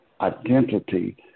identity